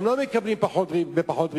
הם לא מקבלים פחות ופחות ריבית.